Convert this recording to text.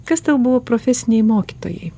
kas tavo buvo profesiniai mokytojai